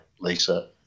Lisa